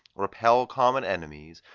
repel common enemies,